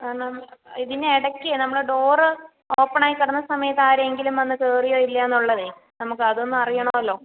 ആ നം ഇതിനിടക്ക് നമ്മൾ ഡോറ് ഓപ്പണായി കിടന്ന സമയത്ത് ആരെങ്കിലും വന്ന് കയറിയോ ഇല്ലയോ എന്നുള്ളത് നമുക്ക് അതൊന്ന് അറിയണമല്ലോ